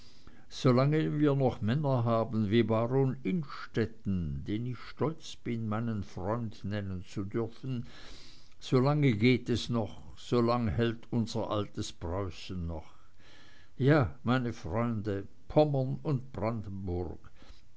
solange wir noch männer haben wie baron innstetten den ich stolz bin meinen freund nennen zu dürfen so lange geht es noch so lange hält unser altes preußen noch ja meine freunde pommern und brandenburg